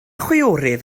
chwiorydd